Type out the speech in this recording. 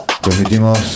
transmitimos